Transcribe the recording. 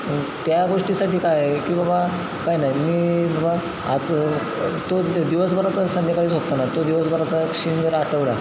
आणि त्या गोष्टीसाठी काय आहे की बाबा काय नाही मी बाबा आज तो दिवसभराचा संध्याकाळी झोपताना तो दिवसभराचा शीण जर आठवला